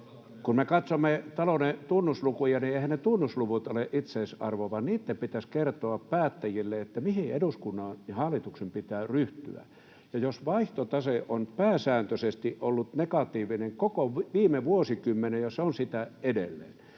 Kun me katsomme talouden tunnuslukuja, niin eiväthän ne tunnusluvut ole itseisarvo, vaan niitten pitäisi kertoa päättäjille, mihin eduskunnan ja hallituksen pitää ryhtyä. Jos vaihtotase on pääsääntöisesti ollut negatiivinen koko viime vuosikymmenen ja se on sitä edelleen,